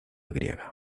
griega